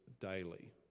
daily